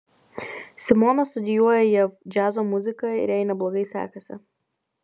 simona studijuoja jav džiazo muziką ir jai neblogai sekasi